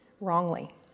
wrongly